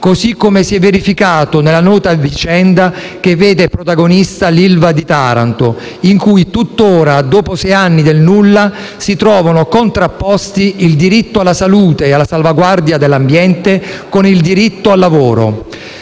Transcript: così come si è verificato nella nota vicenda che vede protagonista l'ILVA di Taranto, in cui tutt'ora, dopo sei anni del nulla, si trovano contrapposti il diritto alla salute e alla salvaguardia dell'ambiente e il diritto al lavoro.